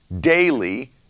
daily